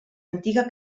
antiga